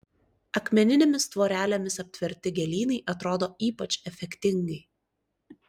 akmeninėmis tvorelėmis aptverti gėlynai atrodo ypač efektingai